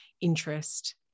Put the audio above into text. interest